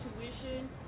tuition